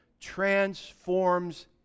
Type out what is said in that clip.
transforms